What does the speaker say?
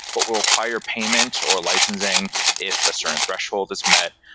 but will require payment or licensing if a certain threshold is met.